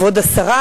כבוד השרה.